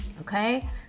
Okay